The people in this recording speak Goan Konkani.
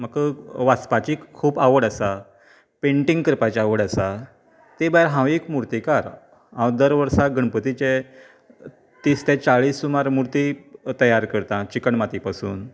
म्हाका वाचपाची खूब आवड आसा पेंन्टिंग करपाची आवड आसा तें भायर हांव एक मुर्तीकार हांव दर वर्साक गणपतीचे तीस ते चाळीस सुमार मुर्ती तयार करतां चिकल माती पासून